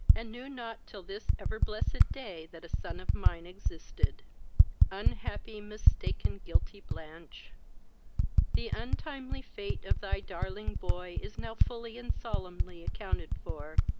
and knew not till this ever blessed day that a son of mine existed unhappy, mistaken, guilty blanch the untimely fate of thy darling boy is now fully and solemnly accounted for!